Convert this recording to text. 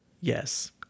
Yes